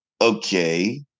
okay